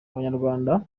abanyarwanda